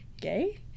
gay